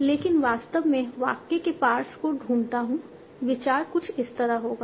लेकिन वास्तव में वाक्य के पार्स को ढूंढता हूं विचार कुछ इस तरह होगा